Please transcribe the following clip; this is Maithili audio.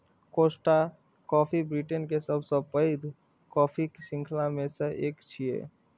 कोस्टा कॉफी ब्रिटेन के सबसं पैघ कॉफी शृंखला मे सं एक छियै